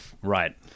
Right